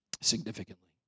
significantly